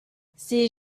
ces